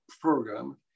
program